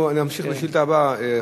אנחנו נמשיך בשאילתא הבאה,